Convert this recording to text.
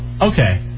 Okay